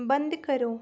बंद करो